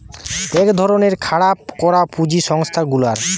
এক ধরণের খাড়া করা পুঁজি সংস্থা গুলার